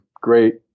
great